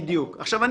אנחנו